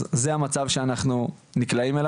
אז זה המצב שאליו אנחנו נקלעים.